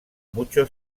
mucho